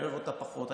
אני אוהב אותה פחות,